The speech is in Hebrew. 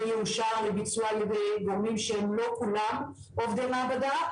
יאושר לביצוע על ידי גורמים שהם לא כולם עובדי מעבדה,